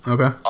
Okay